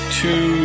two